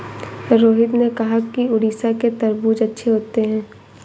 रोहित ने कहा कि उड़ीसा के तरबूज़ अच्छे होते हैं